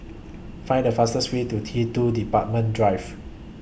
Find The fastest Way to T two Departure Drive